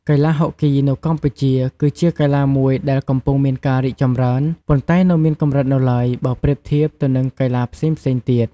កីឡាហុកគីនៅកម្ពុជា គឺជាកីឡាមួយដែលកំពុងមានការរីកចម្រើន ប៉ុន្តែនៅមានកម្រិតនៅឡើយ បើប្រៀបធៀបទៅនឹងកីឡាផ្សេងៗទៀត។